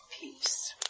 peace